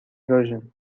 erosion